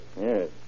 Yes